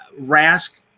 Rask